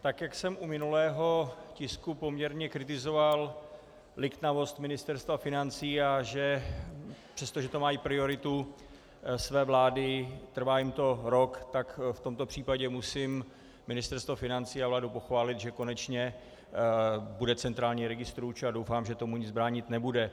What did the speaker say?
Tak jak jsem u minulého tisku poměrně kritizoval liknavost Ministerstva financí, a že přestože to má mít prioritu své vlády, trvá jim to rok, tak v tomto případě musím Ministerstvo financí a vládu pochválit, že konečně bude centrální registr a že tomu nic bránit nebude.